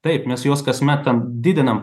taip mes juos kasmet ten didinam